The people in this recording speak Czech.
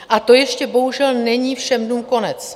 A to ještě bohužel není všem dnům konec.